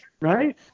Right